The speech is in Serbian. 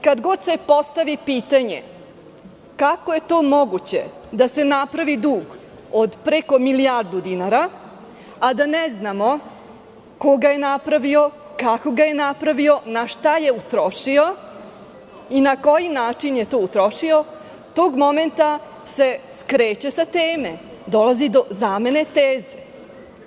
Kada god se postavipitanje – kako je to moguće da se napravi dug od preko milijardu dinara, a da ne znamo ko ga je napravio, kako ga je napravio, na šta je utrošio i na koji način je to utrošio, tog momenta se skreće sa teme i dolazi se do zamena teza.